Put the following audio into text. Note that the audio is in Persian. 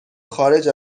خارج